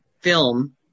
film